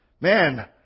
man